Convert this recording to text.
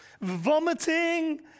Vomiting